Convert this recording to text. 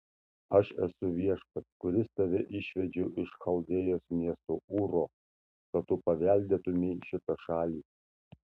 aš esu viešpats kuris tave išvedžiau iš chaldėjos miesto ūro kad tu paveldėtumei šitą šalį